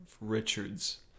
Richards